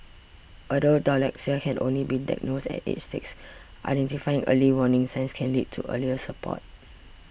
although dyslexia can only be diagnosed at age six identifying early warning signs can lead to earlier support